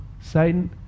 satan